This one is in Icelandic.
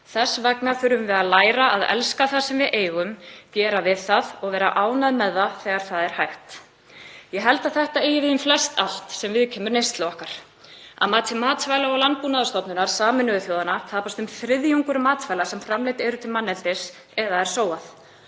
Þess vegna þurfum við að læra að elska það sem við eigum, gera við það og vera ánægð þegar það er hægt. Ég held að þetta eigi við um flestallt sem viðkemur neyslu okkar. Að mati Matvæla- og landbúnaðarstofnunar Sameinuðu þjóðanna tapast um þriðjungur matvæla sem framleidd eru til manneldis eða er sóað.